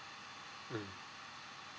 mm